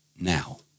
now